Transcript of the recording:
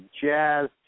Jazz